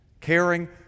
caring